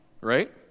right